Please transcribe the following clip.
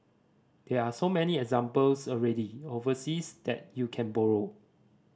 there are so many examples already overseas that you can borrow